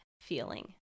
feeling